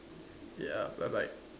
ya bye bye